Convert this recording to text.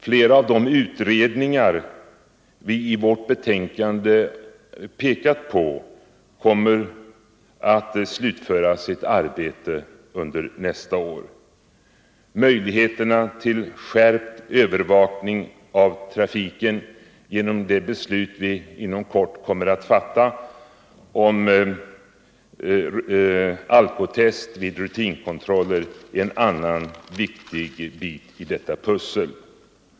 Flera av de utredningar som utskottet i sitt betänkande pekat på kommer att slutföra sitt arbete under nästa år. Möjligheterna till skärpt övervakning av trafiken genom det beslut riksdagen inom kort kommer att fatta om alkotest vid rutinkontroller är en annan viktig bit i detta pussel.